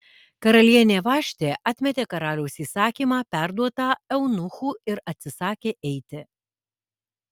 karalienė vaštė atmetė karaliaus įsakymą perduotą eunuchų ir atsisakė eiti